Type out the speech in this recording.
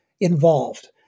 involved